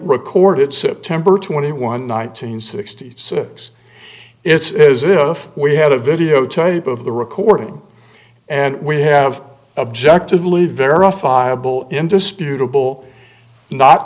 recorded september twenty one nights and sixty six it's as if we had a videotape of the recording and we have objective leave verifiable indisputable not